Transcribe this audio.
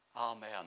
Amen